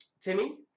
Timmy